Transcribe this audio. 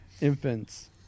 infants